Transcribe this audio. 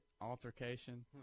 altercation